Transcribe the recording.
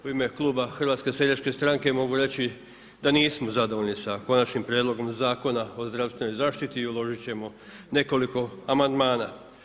U ime kluba HSS-a mogu reći da nismo zadovoljni sa Konačnim prijedlogom zakona o zdravstvenoj zaštiti i uložiti ćemo nekoliko amandmana.